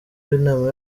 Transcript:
w’inama